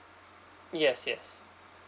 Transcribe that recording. yes yes